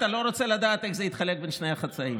אתה לא רוצה לדעת איך זה התחלק בין שני החצאים.